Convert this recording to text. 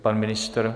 Pan ministr?